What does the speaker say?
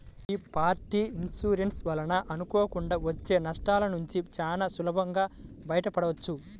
యీ property insurance వలన అనుకోకుండా వచ్చే నష్టాలనుంచి చానా సులభంగా బయటపడొచ్చు